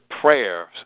prayers